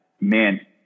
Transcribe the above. man